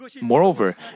Moreover